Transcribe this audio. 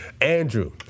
Andrew